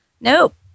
Nope